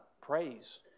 praise